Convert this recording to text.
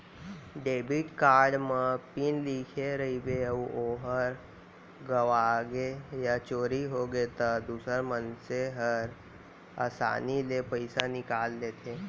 debit card म PIN लिखे रइबे अउ ओहर गँवागे या चोरी होगे त दूसर मनसे हर आसानी ले पइसा निकाल लेथें